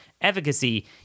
efficacy